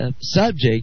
subject